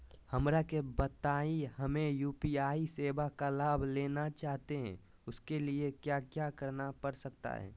हमरा के बताइए हमें यू.पी.आई सेवा का लाभ लेना चाहते हैं उसके लिए क्या क्या करना पड़ सकता है?